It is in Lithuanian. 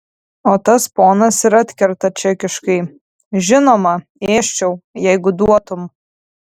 o tas ponas ir atkerta čekiškai žinoma ėsčiau jeigu duotum